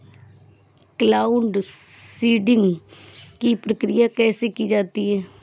Cloud seeding की प्रक्रिया कैसे की जाती है?